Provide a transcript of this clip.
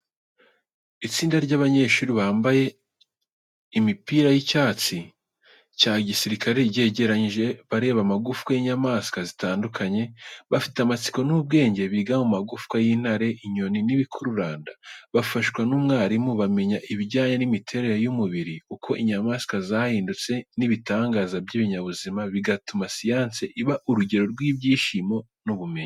Itsinda ry’abanyeshuri bambaye amipira y’icyatsi cya gisirikare ryegeranye bareba amagufwa y’inyamaswa zitandukanye. Bafite amatsiko n’ubwenge, biga ku magufwa y’intare, inyoni n’ibikururanda. Bafashwa n’umwarimu, bamenya ibijyanye n’imiterere y’umubiri, uko inyamaswa zahindutse n’ibitangaza by’ibinyabuzima, bigatuma siyanse iba urugendo rw’ibyishimo n’ubumenyi.